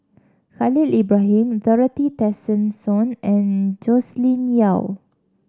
Khalil Ibrahim Dorothy Tessensohn and Joscelin Yeo